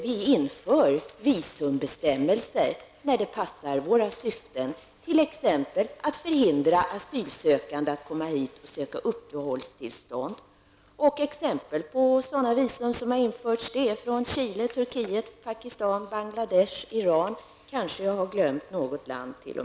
Vidare inför vi visumbestämmelser när det passar våra syften, t.ex. att hindra asylsökande att komma hit och söka uppehållstillstånd. Exempel på länder för vilka sådana visumbestämmelser har införts är kanske har jag t.o.m. glömt något land.